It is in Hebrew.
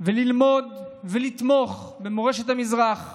ללמוד ולתמוך במורשת המזרח,